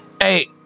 Hey